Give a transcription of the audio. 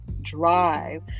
drive